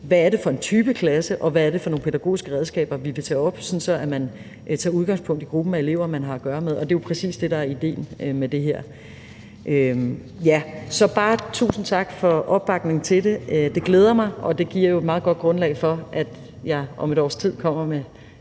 hvad det er for en type klasse, og hvad det er for nogle pædagogiske redskaber, der er brug for, sådan at man tager udgangspunkt i gruppen af elever, man har at gøre med. Det er jo præcis det, der er idéen med det her. Så jeg vil bare sige tusind tak for opbakningen til forslaget. Det glæder mig, og det giver jo et meget godt grundlag for, at jeg om et års tid kommer med